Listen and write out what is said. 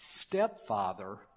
Stepfather